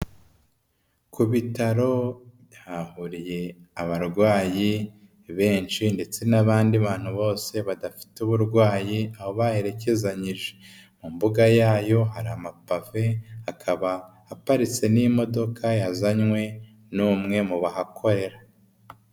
Ku bitaro byahoreye abarwayi benshi ndetse n'abandi bantu bose badafite uburwayi aho baherekezanyije. Mu mbuga yayo hari amapave akaba haparitse n'imodoka yazanywe n'umwe mu bahakorera.